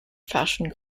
fashioned